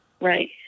Right